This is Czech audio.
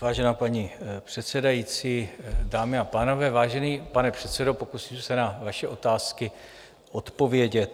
Vážená paní předsedající, dámy a pánové, vážený pane předsedo, pokusím se na vaše otázky odpovědět.